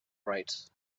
right